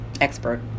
expert